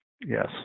Yes